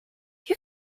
you